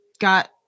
got